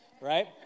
right